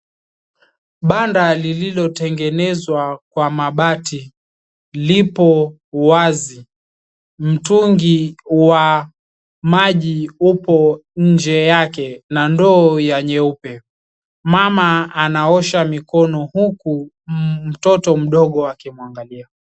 Banda lililotengenezwa kwa mabati lipo wazi. Mtungi wa maji upo nje yake na ndoo ya nyeupe. Mama anaosha mikono huku mtoto mdogo akimwangalia.